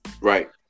Right